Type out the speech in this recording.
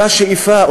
אותה שאיפה,